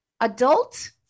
adult